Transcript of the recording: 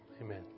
Amen